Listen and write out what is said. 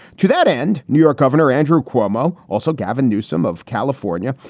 to that end, new york governor andrew cuomo, also gavin newsom of california,